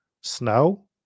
snow